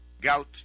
gout